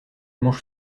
mange